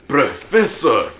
Professor